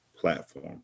platform